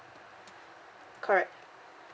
correct